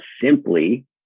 simply